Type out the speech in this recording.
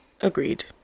Agreed